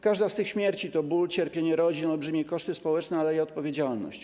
Każda z tych śmierci to ból, cierpienie rodzin, olbrzymie koszty społeczne, ale i odpowiedzialność.